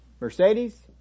Mercedes